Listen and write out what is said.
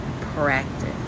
practice